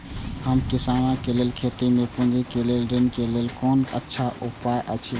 हम किसानके लेल खेती में पुंजी के लेल ऋण के लेल कोन अच्छा उपाय अछि?